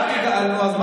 אני הערתי גם לו.